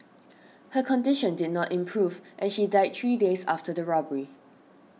her condition did not improve and she died three days after the robbery